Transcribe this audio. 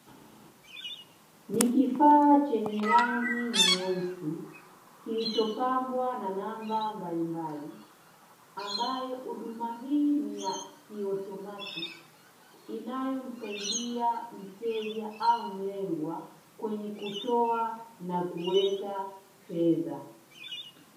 Ni kifaa chenye rangi nyeusi kilichopambwa na rangi mbalimbali ambayo huduma hii ni ya kiotomatiki, inayomsaidia mteja au mlengwa kwenye kutoa na kuweka fedha.